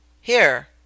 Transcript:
Here